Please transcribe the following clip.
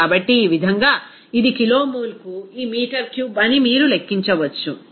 కాబట్టి ఈ విధంగా ఇది కిలోమోల్కు ఈ మీటర్ క్యూబ్ అని మీరు లెక్కించవచ్చు